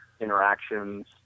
interactions